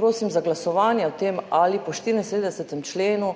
prosim za glasovanje o tem ali po 74. členu